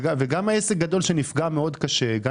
וגם עסק גדול שנפגע קשה מאוד,